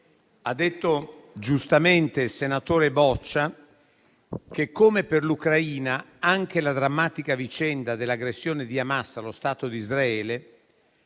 ha detto giustamente il senatore Boccia che, come per l'Ucraina, anche la drammatica vicenda dell'aggressione di Hamas allo Stato di Israele